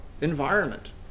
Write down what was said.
environment